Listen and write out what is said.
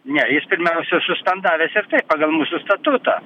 ne jis pirmiausia suspendavęs ir taip pagal mūsų statutą